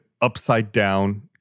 upside-down